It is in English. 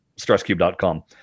stresscube.com